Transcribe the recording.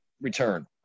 return